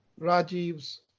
Rajiv's